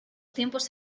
tiempos